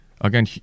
again